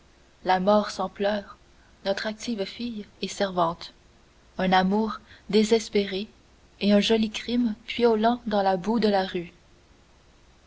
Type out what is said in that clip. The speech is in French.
la mort sans pleurs notre active fille et servante un amour désespéré et un joli crime piaulant dans la boue de la rue